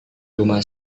rumah